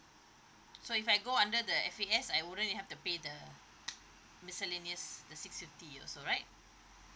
so if I go under the F_A_S I wouldn't have to pay the miscellaneous the six fifty also right